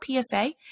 PSA